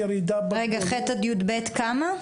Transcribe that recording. ח' עד י"ב, כמה?